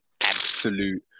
absolute